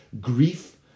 Grief